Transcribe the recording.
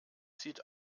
sieht